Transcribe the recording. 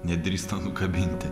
nedrįsta nukabinti